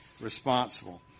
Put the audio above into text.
responsible